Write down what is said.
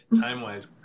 time-wise